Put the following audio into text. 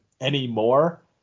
anymore